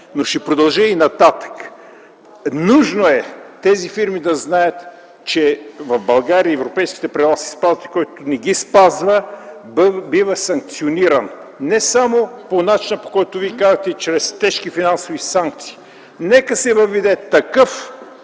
Но ще продължа и нататък. Нужно е тези фирми да знаят, че в България европейските правила се спазват и който не ги спазва, бива санкциониран – не само по начина, който Вие казахте - чрез тежки финансови санкции, а нека да се въведе: такава